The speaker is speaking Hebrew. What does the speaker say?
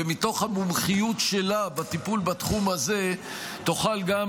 ומתוך המומחיות שלה בטיפול בתחום הזה תוכל גם